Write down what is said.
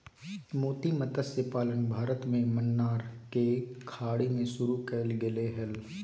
मोती मतस्य पालन भारत में मन्नार के खाड़ी में शुरु कइल गेले हल